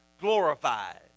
glorified